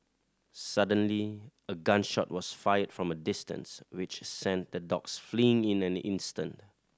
suddenly a gun shot was fired from a distance which sent the dogs fleeing in an instant